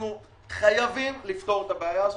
אנחנו חייבים לפתור את הבעיה הזאת.